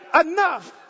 enough